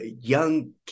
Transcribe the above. young